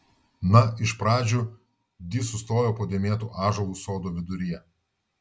na iš pradžių di sustojo po dėmėtu ąžuolu sodo viduryje